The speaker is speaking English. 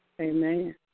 Amen